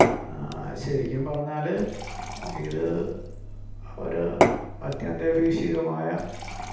ശരിക്കും പറഞ്ഞാൽ ഇത് ഒരു അത്യന്താപേഷിതമായ